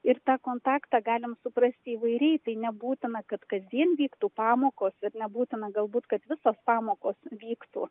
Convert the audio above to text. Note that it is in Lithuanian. ir tą kontaktą galim suprasti įvairiai tai nebūtina kad kasdien vyktų pamokos ir nebūtina galbūt kad visos pamokos vyktų